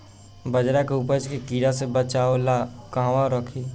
बाजरा के उपज के कीड़ा से बचाव ला कहवा रखीं?